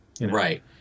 right